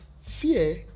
fear